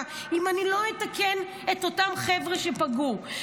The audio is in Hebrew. אם אני לא אתקן את אותם חבר'ה שפגעו?